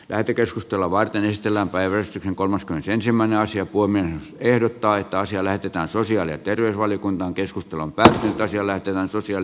lähetekeskustelua varten sillä päivätty kolmaskymmenesensimmäinen sija puomien ehdottaa että asia näytetään sosiaali ja terveysvaliokunnan keskustelun tärkeyttä sillä tämän suosion